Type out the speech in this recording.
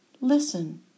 listen